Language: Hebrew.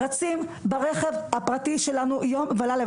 רצים, ברכב הפרטי שלנו, יום ולילה.